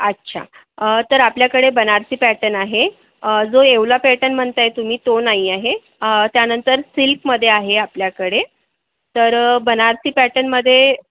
अच्छा तर आपल्याकडे बनारसी पॅटन आहे जो येवला पॅटन म्हणत आहे तुम्ही तो नाही आहे त्यानंतर सिल्कमध्ये आहे आपल्याकडे तर बनारसी पॅटनमध्ये